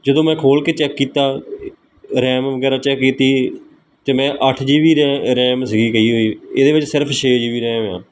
ਜਦੋਂ ਮੈਂ ਖੋਲ ਕੇ ਚੈੱਕ ਕੀਤਾ ਰੈਮ ਵਗੈਰਾ ਚੈੱਕ ਕੀਤੀ ਅਤੇ ਮੈਂ ਅੱਠ ਜੀ ਬੀ ਰੈ ਰੈਮ ਸੀਗੀ ਕਹੀ ਹੋਈ ਇਹਦੇ ਵਿੱਚ ਸਿਰਫ਼ ਛੇ ਜੀ ਬੀ ਰੈਮ ਆ